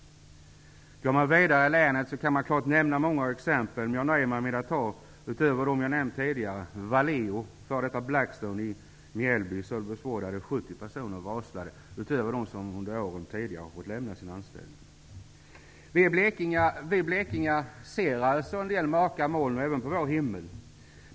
Utöver de exempel som jag redan har nämnt, nöjer jag mig med att ta upp personer har varslats, förutom de som tidigare under åren har fått lämna sina anställningar. Vi blekingar ser alltså en del mörka moln på vår himmel.